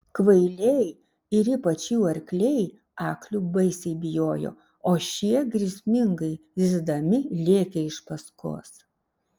kvailiai ir ypač jų arkliai aklių baisiai bijojo o šie grėsmingai zyzdami lėkė iš paskos